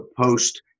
post